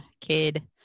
kid